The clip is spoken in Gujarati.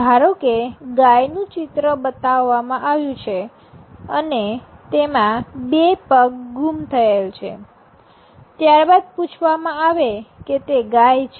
ધારોકે ગાયનું ચિત્ર બતાવવામાં આવ્યું છે અને તેમાં બે પગ ગુમ થયેલ છે ત્યારબાદ પૂછવામાં આવે કે તે ગાય છે